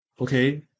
okay